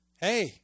hey